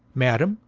madam,